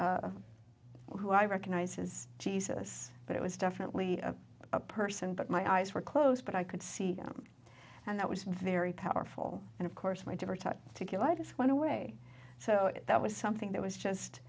who i recognized as jesus but it was definitely a person but my eyes were closed but i could see them and that was very powerful and of course my dinner time to kill i just went away so that was something that was just